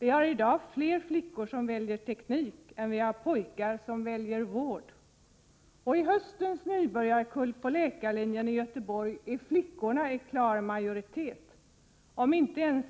Vi har i dag fler flickor som väljer teknik än vi har pojkar som väljer vård. I höstens nybörjarkull på läkarlinjen i Göteborg är flickorna i klar majoritet. Om inte ens